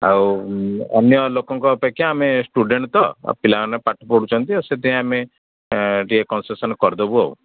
ଆଉ ଅନ୍ୟ ଲୋକଙ୍କ ଅପେକ୍ଷା ଆମେ ଷ୍ଟୁଡ଼େଣ୍ଟ ତ ଆଉ ପିଲାମାନେ ପାଠ ପଢ଼ୁଛନ୍ତି ଆ ସେଇଥିପାଇଁ ଆମେ ଟିକେ କନସେସନ୍ କରିଦେବୁ ଆଉ